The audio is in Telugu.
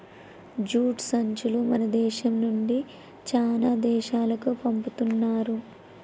జూట్ సంచులు మన దేశం నుండి చానా దేశాలకు పంపుతున్నారు